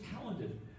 talented